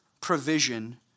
provision